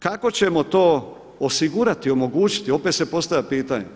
Kako ćemo to osigurati, omogućiti opet se postavlja pitanje?